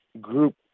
group